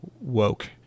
woke